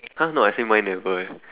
!huh! no I say mine never eh